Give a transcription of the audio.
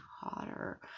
hotter